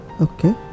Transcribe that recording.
okay